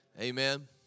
Amen